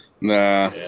Nah